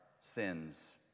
sins